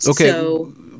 okay